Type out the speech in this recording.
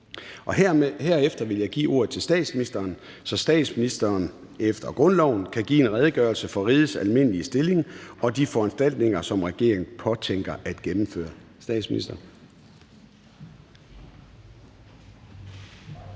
Herefter vil jeg give ordet til statsministeren, så statsministeren efter grundloven kan give en redegørelse for rigets almindelige stilling og de foranstaltninger, som regeringen påtænker at gennemføre. Statsministeren.